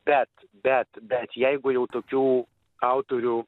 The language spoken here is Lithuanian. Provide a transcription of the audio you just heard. bet bet bet jeigu jau tokių autorių